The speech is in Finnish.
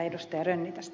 arvoisa puhemies